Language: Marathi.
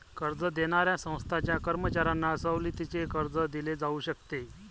कर्ज देणाऱ्या संस्थांच्या कर्मचाऱ्यांना सवलतीचे कर्ज दिले जाऊ शकते